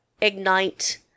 ignite